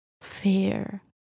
fear